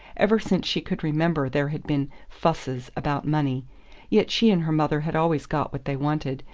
ever since she could remember there had been fusses about money yet she and her mother had always got what they wanted,